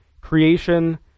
creation